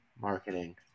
marketing